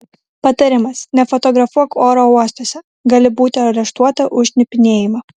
patarimas nefotografuok oro uostuose gali būti areštuota už šnipinėjimą